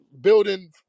building